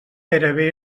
gairebé